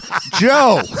joe